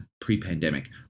pre-pandemic